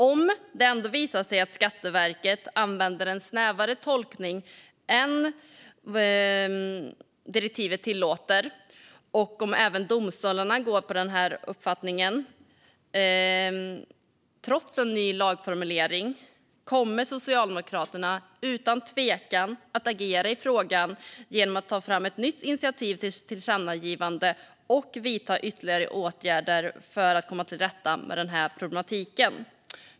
Om det ändå visar sig att Skatteverket använder en snävare tolkning än direktivet tillåter och även domstolarna går på den linjen trots en ny lagformulering kommer Socialdemokraterna utan tvekan att agera i frågan genom att ta ett nytt initiativ till ett tillkännagivande och vidta ytterligare åtgärder för att komma till rätta med problematiken.